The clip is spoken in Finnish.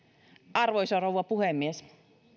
arvoisa rouva puhemies